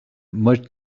much